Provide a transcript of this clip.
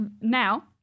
now